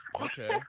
okay